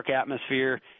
atmosphere